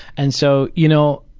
and so, you know,